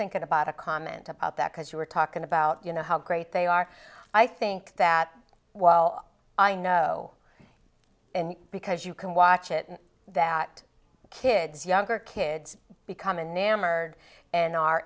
thinking about a comment about that because you were talking about you know how great they are i think that well i know and because you can watch it that kids younger kids becom